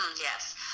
Yes